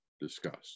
discussed